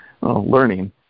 learning